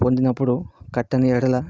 పొందినప్పుడు కట్టని యెడల